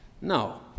No